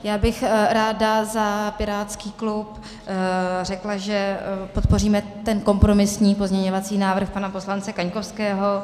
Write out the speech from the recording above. Já bych ráda za pirátský klub řekla, že podpoříme ten kompromisní pozměňovací návrh pana poslance Kaňkovského.